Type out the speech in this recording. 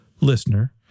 listener